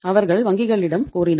அவர்கள் வங்கிகளிடம் கோரினர்